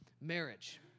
marriage